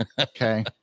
Okay